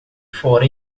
fora